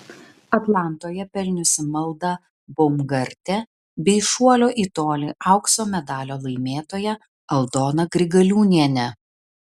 atlantoje pelniusi malda baumgartė bei šuolio į tolį aukso medalio laimėtoja aldona grigaliūnienė